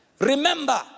Remember